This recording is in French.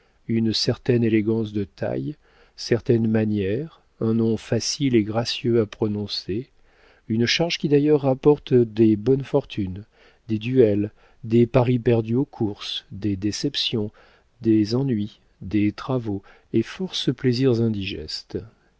une certaine élégance de taille certaines manières un nom facile et gracieux à prononcer une charge qui d'ailleurs rapporte des bonnes fortunes des duels des paris perdus aux courses des déceptions des ennuis des travaux et force plaisirs indigestes